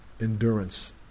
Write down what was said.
endurance